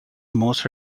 most